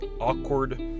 awkward